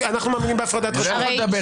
אנחנו מאמינים בהפרדת רשויות.